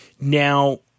Now